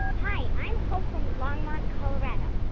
hi, i'm hope from longmont, colo. and